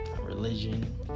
religion